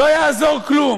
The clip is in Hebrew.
לא יעזור כלום,